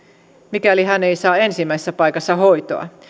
mikäli hän ei saa ensimmäisessä paikassa hoitoa